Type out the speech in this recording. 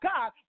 God